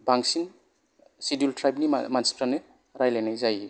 बांसिन सिडुल ट्राइबनि मानसिफ्रानो रायलायनाय जायो